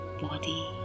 body